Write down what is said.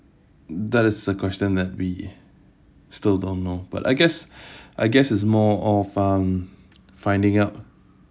that is the question that we still don't know but I guess I guess is more of um finding out